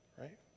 Right